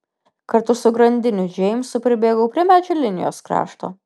kartu su grandiniu džeimsu pribėgau prie medžių linijos krašto